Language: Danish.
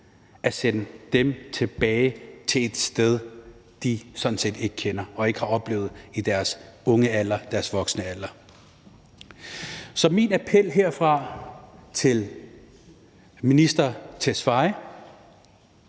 at sende dem tilbage til et sted, de sådan set ikke kender og ikke har oplevet i deres unge alder eller deres voksenliv? Så min appel herfra til udlændinge-